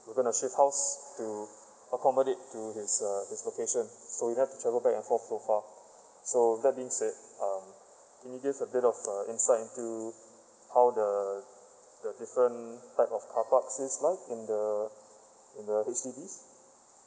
we going to shift house to accommodate to his uh his location so we'd like travel back and form profile so that being said um can you gives a bit of uh insight into how the the different type of carparks since life in the in the H_D_B